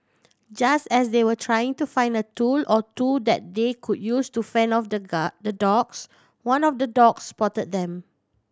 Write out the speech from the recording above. just as they were trying to find a tool or two that they could use to fend off the the dogs one of the dogs spot them